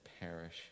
perish